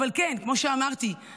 אבל כן, כמו שאמרתי,